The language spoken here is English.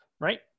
Right